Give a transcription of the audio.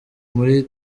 muri